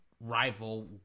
rival